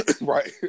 Right